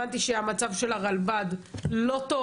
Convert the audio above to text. הבנתי שהמצב של הרלב"ד לא טוב